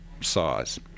size